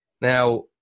Now